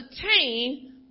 obtain